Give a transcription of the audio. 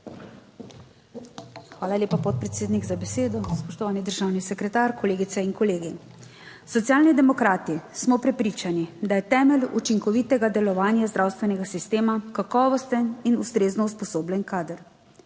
Hvala lepa, podpredsednik, za besedo. Spoštovani državni sekretar, kolegice in kolegi. Socialni demokrati smo prepričani, da je temelj učinkovitega delovanja zdravstvenega sistema kakovosten in ustrezno usposobljen kader.